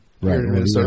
right